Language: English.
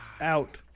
Out